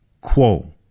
quo